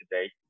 today